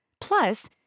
Plus